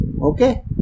okay